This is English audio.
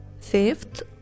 fifth